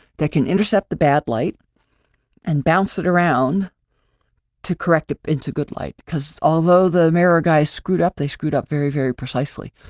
that can intercept the bad light and bounce it around to correct it into good light, because although the mirror guys screwed up, they screwed up very, very precisely,